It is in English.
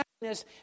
happiness